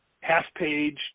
half-page